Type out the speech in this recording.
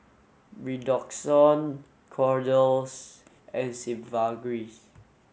Redoxon Kordel's and Sigvaris